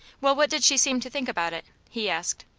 well, what did she seem to think about it? he asked.